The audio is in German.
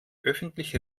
öffentlich